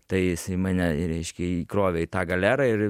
tai jisai mane i reiškia įkrovė į tą galerą ir